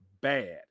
bad